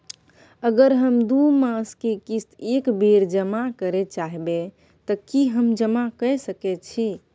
अगर हम दू मास के किस्त एक बेर जमा करे चाहबे तय की हम जमा कय सके छि?